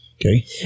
Okay